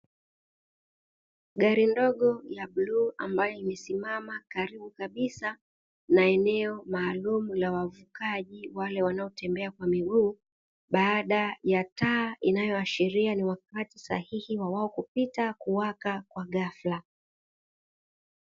Gari ndogo ya bluu ambayo imesimama karibu kabisa na eneo maalumu la wavukaji wale wanaotembea kwa miguu, baada ya taa inayoashiria ni wakati sahihi wa wao kupita kuwaka kwa ghafla.